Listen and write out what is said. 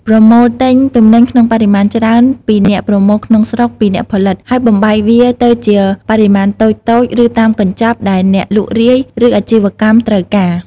ប្រមូលទិញទំនិញក្នុងបរិមាណច្រើន ពីអ្នកប្រមូលក្នុងស្រុកពីអ្នកផលិត ហើយបំបែកវាទៅជាបរិមាណតូចៗ ឬតាមកញ្ចប់ដែលអ្នកលក់រាយ ឬអាជីវកម្មត្រូវការ។